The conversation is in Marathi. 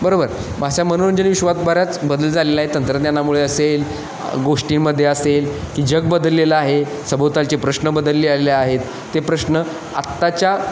बरोबर भाषा मनोरंजनविश्वात बराच बदल झालेला आहे तंत्रज्ञानामुळे असेल गोष्टींमध्ये असेल की जग बदललेलं आहे सभोवतालचे प्रश्न बदललेले आहेत ते प्रश्न आत्ताच्या